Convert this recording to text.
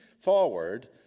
forward